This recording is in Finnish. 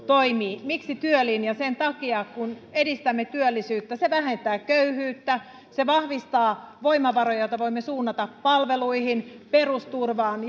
toimii miksi työlinja sen takia että kun edistämme työllisyyttä se vähentää köyhyyttä se vahvistaa voimavaroja joita voimme suunnata palveluihin perusturvaan